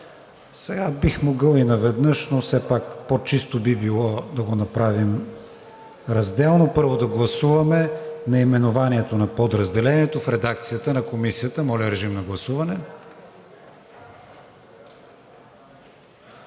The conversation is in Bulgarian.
Бих могъл и наведнъж, но все пак по-чисто би било да го направим разделно. Първо да гласуваме наименованието на подразделението в редакцията на Комисията. Гласували